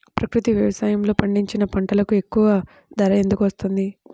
ప్రకృతి వ్యవసాయములో పండించిన పంటలకు ఎక్కువ ధర ఎందుకు వస్తుంది?